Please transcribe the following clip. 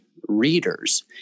readers